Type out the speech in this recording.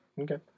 Okay